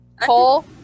Cole